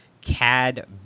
cad